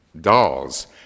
dolls